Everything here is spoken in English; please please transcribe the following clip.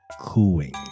cooing